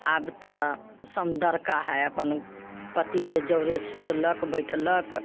आब तऽ समदरका हय अपन पतिके जरे सुतलक बैठलक